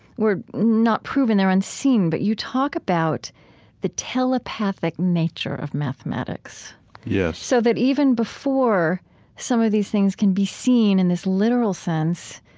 were not proven they're unseen, but you talk about the telepathic nature of mathematics yes so that even before some of these things can be seen in this literal sense,